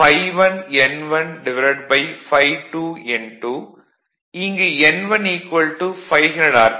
இங்கு n1 500 R